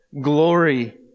glory